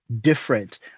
different